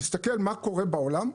נסתכל מה קורה בעולם,